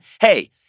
Hey